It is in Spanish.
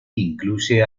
incluye